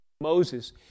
moses